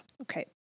Okay